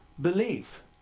Belief